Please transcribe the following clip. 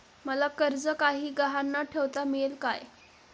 मला कर्ज काही गहाण न ठेवता मिळेल काय?